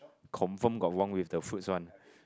confirm got wrong with the foot's one